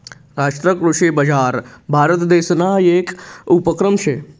राष्ट्रीय कृषी बजार भारतदेसना येक उपक्रम शे